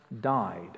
died